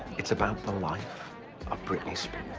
it's about the life of britney spears.